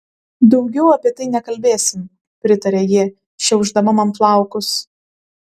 daugiau apie tai nekalbėsim pritarė ji šiaušdama man plaukus